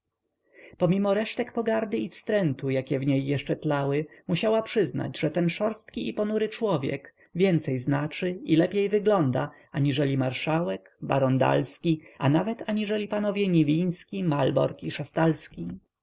pomimo resztek pogardy i wstrętu jakie w niej jeszcze tlały musiała przyznać że ten szorstki i ponury człowiek więcej znaczy i lepiej wygląda aniżeli marszałek baron dalski a nawet aniżeli panowie niwiński malborg i